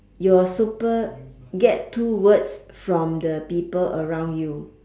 your super get two words from the people around you